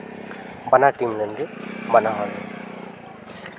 ᱵᱟᱱᱟᱨ ᱴᱤᱢ ᱨᱮᱱ ᱜᱮ ᱵᱟᱱᱟ ᱦᱚᱲ